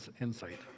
insight